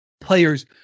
players